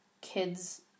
kids